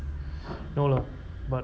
no lah but